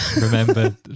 remember